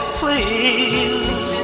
please